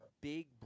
big